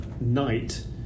night